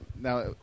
Now